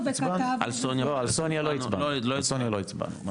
על סוניה לא הצבענו.